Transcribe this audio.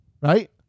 right